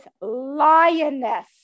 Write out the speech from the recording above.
lioness